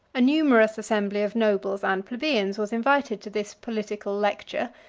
a numerous assembly of nobles and plebeians was invited to this political lecture,